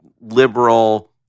liberal